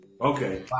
Okay